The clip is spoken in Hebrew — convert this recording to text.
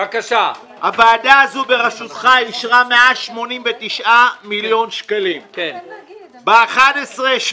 הוועדה הזו בראשותך אישרה 189 מיליון שקלים; בנובמבר 2017